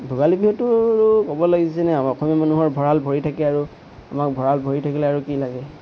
ভোগালী বিহুটো ক'ব লাগিছেনি আমাৰ অসমীয়া মানুহৰ ভঁৰাল ভৰি থাকে আৰু আমাক ভঁৰাল ভৰি থাকিলে আৰু কি লাগে